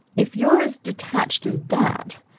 if you're as detached as that,